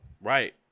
Right